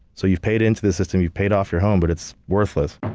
so, you've paid into the system, you've paid off your home, but it's worthless.